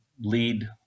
lead